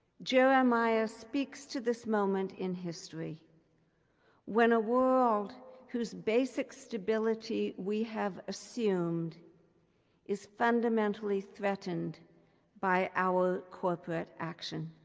jeremiah speaks to this moment in history when a world whose basic stability we have assumed is fundamentally threatened by our corporate action.